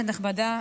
כנסת נכבדה,